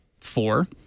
four